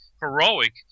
heroic